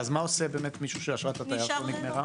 אז מה עושה מישהו שאשרת התייר שלו נגמרה?